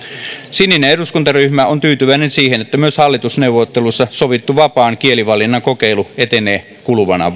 sininen eduskuntaryhmä on tyytyväinen siihen että myös hallitusneuvotteluissa sovittu vapaan kielivalinnan kokeilu etenee kuluvana